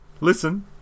Listen